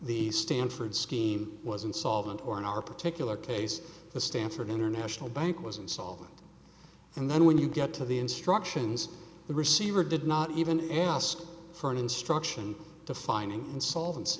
the stanford scheme was insolvent or in our particular case the stanford international bank was insolvent and then when you get to the instructions the receiver did not even ask for an instruction defining insolvenc